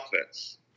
offense